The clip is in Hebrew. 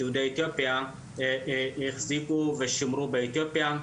שיהודי אתיופיה החזיקו ושימרו באתיופיה,